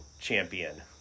champion